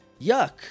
Yuck